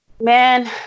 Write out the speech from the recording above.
man